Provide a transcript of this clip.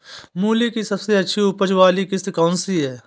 मूली की सबसे अच्छी उपज वाली किश्त कौन सी है?